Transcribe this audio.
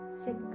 sit